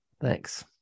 Thanks